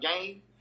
game